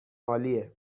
عالیه